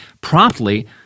promptly